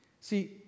See